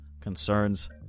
concerns